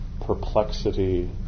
perplexity